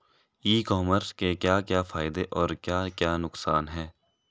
ई commerce के क्या क्या फायदे और क्या क्या नुकसान है?